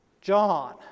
John